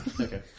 Okay